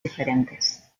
diferentes